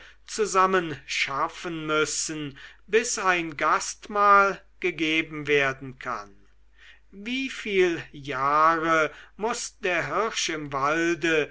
zusammen schaffen müssen bis ein gastmahl gegeben werden kann wieviel jahre muß der hirsch im walde